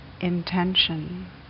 intention